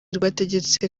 rwategetse